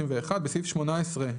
בסעיף 18(א)